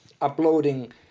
uploading